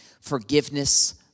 forgiveness